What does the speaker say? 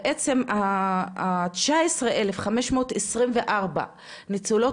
בעצם התשעה עשרה אלף חמש מאות עשרים וארבע ניצולות